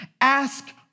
ask